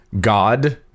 God